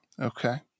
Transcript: Okay